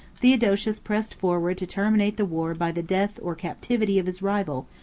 theodosius pressed forwards to terminate the war by the death or captivity of his rival,